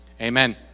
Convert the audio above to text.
Amen